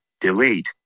Delete